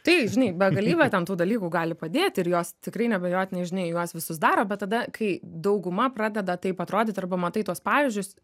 tai žinai begalybė ten tų dalykų gali padėti ir jos tikrai neabejotinai žinai juos visus daro bet tada kai dauguma pradeda taip atrodyti arba matai tuos pavyzdžius